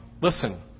Listen